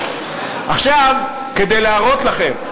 עכשיו, כדי להראות לכם,